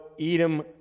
Edom